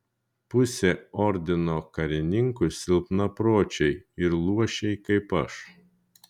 pusė ordino karininkų silpnapročiai ir luošiai kaip aš